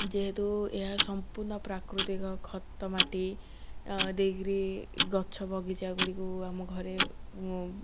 ଯେହେତୁ ଏହା ସମ୍ପୂର୍ଣ୍ଣ ପ୍ରାକୃତିକ ଖତ ମାଟି ଦେଇକିରି ଗଛ ବଗିଚା ଗୁଡ଼ିକୁ ଆମ ଘରେ